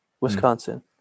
wisconsin